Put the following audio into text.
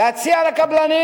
להציע לקבלנים: